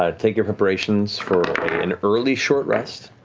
ah take your preparations for an early short rest.